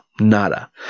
Nada